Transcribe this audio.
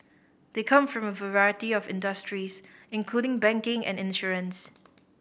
they come from a variety of industries including banking and insurance